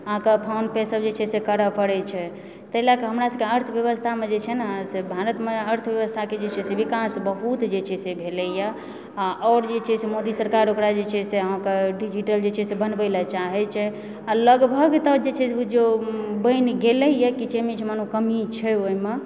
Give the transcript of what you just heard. अहाँकेँ फोन पे से सब जे छै से करए पड़ै छै ताहि लए कऽ हमरा सबकेँ अर्थव्यवस्थामे छै ने से भारतमे अर्थव्यवस्थाके जे छै से विकास बहुत जे छै से भेलैए हँ आओर जे छै से मोदी सरकार ओकरा जे छै से डीजिटल जे छै से बनबै लए चाहैत छै आ लगभग तऽ जे छै बुझिऔ बनि गेलै हँ की जाहिमे किछु कमी छै ओहिमे